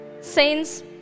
Saints